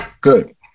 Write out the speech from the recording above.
good